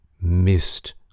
missed